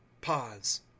Pause